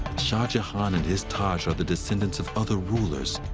shah jahan and his taj are the descendants of other rulers,